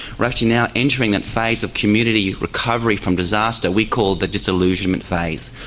we're actually now entering that phase of community recovery from disaster we call the disillusionment phase,